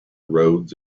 roads